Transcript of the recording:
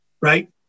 right